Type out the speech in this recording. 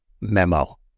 memo